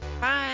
Bye